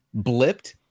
blipped